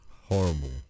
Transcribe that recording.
Horrible